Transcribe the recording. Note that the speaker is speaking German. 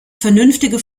vernünftige